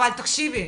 אבל תקשיבי,